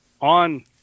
on